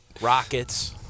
Rockets